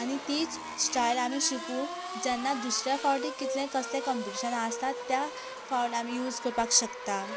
आनी तीच स्टायल आमी शिकून जेन्ना दुसऱ्या फावटी कितलें कसलें कंपिटिशन आसता त्या फावट आमी यूज करपाक शकता